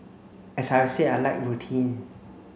as I have said I like routine